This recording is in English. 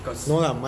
cause